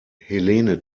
helene